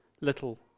little